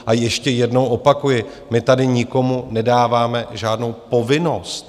A ještě jednou opakuji: My tady nikomu nedáváme žádnou povinnost.